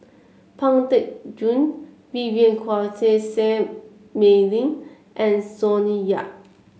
Pang Teck Joon Vivien Quahe Seah Mei Lin and Sonny Yap